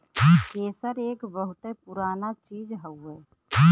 केसर एक बहुते पुराना चीज हउवे